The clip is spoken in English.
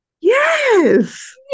Yes